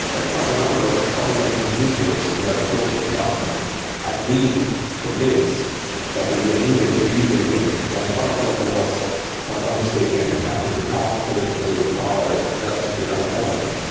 but quite a number of prominent individuals who were close to the government had been convinced that india needed to deregulate. and one of them was manmohan singh and who happened to have political power just at the right moment.